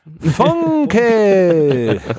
funky